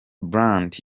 brand